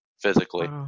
physically